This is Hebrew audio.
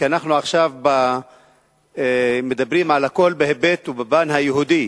כי אנחנו עכשיו מדברים על הכול בהיבט ובפן היהודי,